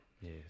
Yes